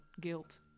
guilt